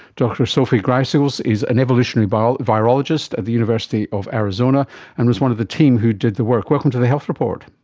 dr sophie gryseels is an evolutionary but virologist at the university of arizona and was one of the team who did the work. welcome to the health report.